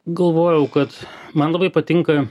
galvojau kad man labai patinka